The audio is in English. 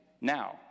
Now